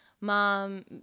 mom